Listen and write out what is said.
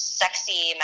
sexy